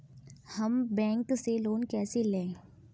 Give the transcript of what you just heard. हम बैंक से लोन कैसे लें?